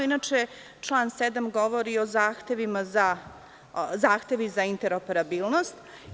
Inače, član 7. govori o zahtevima za interoperabilnost.